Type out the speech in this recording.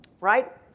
right